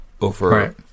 over